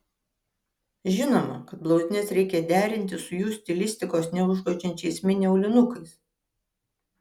žinoma kad blauzdines reikia derinti su jų stilistikos neužgožiančiais mini aulinukais